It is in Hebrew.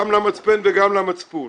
גם למצפן וגם למצפון.